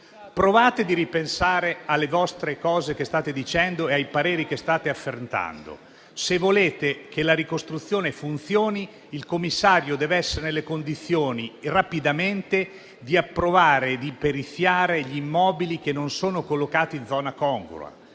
Provate a ripensare alle cose che state dicendo e ai pareri che state affrettando; se volete che la ricostruzione funzioni, il commissario dev'essere rapidamente nelle condizioni di approvare e periziare gli immobili che non sono collocati in zona congrua.